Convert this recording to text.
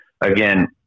again –